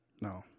No